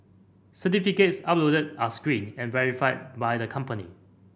certificates uploaded are screened and verified by the company